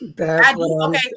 Okay